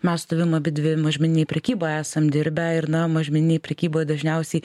mes su tavim abidvi mažmeninėj prekyboj esam dirbę ir na mažmeninėj prekyboj dažniausiai